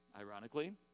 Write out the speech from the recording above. ironically